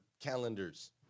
calendars